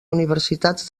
universitats